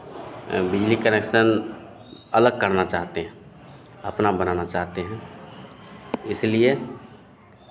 बिजली कनेक्शन अलग करना चाहते हैं अपना बनाना चाहते हैं इसलिए